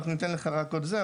אנחנו ניתן לך רק עוד את זה,